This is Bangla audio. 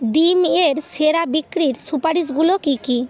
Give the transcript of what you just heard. ডিম এর সেরা বিক্রির সুপারিশগুলো কী কী